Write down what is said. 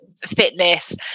fitness